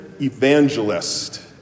evangelist